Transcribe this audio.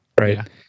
right